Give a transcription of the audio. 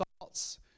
thoughts